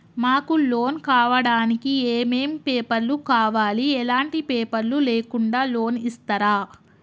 మాకు లోన్ కావడానికి ఏమేం పేపర్లు కావాలి ఎలాంటి పేపర్లు లేకుండా లోన్ ఇస్తరా?